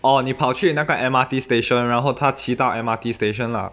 orh 你跑去那个 M_R_T station 然后他骑到 M_R_T station lah